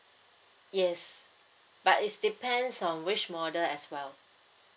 yes but it's depends on which model as well